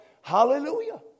hallelujah